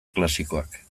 klasikoak